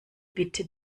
bitte